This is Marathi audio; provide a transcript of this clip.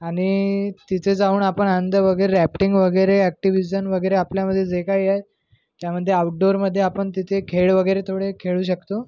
आणि तिथे जावून आपण ऑन द वग रॅफ्टिंग वगैरे ॲक्टिव्हिजन वगैरे आपल्यामध्ये जे काही आहे त्यामध्ये आउटडोअरमध्ये आपण तिथे खेळ वगैरे थोडे खेळू शकतो